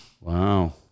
wow